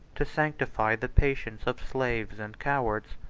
to sanctify the patience of slaves and cowards,